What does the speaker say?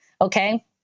okay